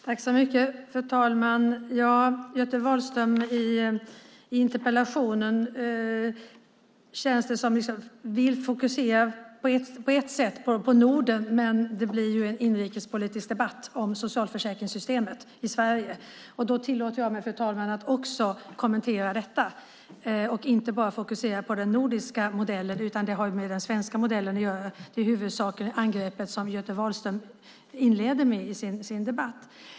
Fru talman! Göte Wahlström vill i interpellationen på ett sätt fokusera på Norden, men det blir en inrikespolitisk debatt om socialförsäkringssystemet i Sverige. Då tillåter jag mig, fru talman, att kommentera det och inte bara fokusera på den nordiska modellen. Det angrepp som Göte Wahlström inleder sin debatt med har med den svenska modellen att göra.